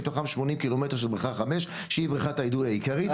מתוכם 80 קילומטר של בריכה 5 שהיא בריכת האידוי העיקרית,